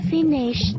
Finish